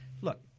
look